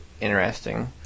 interesting